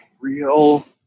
real